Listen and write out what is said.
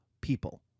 people